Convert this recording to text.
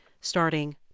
starting